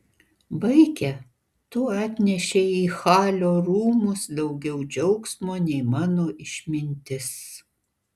vaike tu atnešei į halio rūmus daugiau džiaugsmo nei mano išmintis